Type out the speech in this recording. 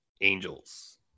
Angels